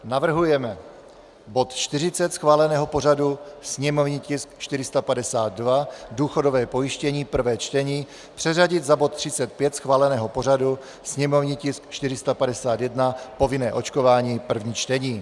Navrhujeme bod 40 schváleného pořadu, sněmovní tisk 452, důchodové pojištění, prvé čtení, přeřadit za bod 35 schváleného pořadu, sněmovní tisk 451, povinné očkování, první čtení.